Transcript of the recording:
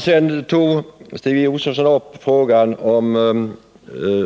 Sedan tog Stig Josefson upp frågan om